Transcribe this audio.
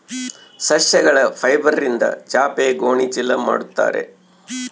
ಸಸ್ಯಗಳ ಫೈಬರ್ಯಿಂದ ಚಾಪೆ ಗೋಣಿ ಚೀಲ ಮಾಡುತ್ತಾರೆ